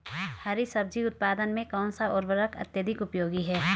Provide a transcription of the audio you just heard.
हरी सब्जी उत्पादन में कौन सा उर्वरक अत्यधिक उपयोगी है?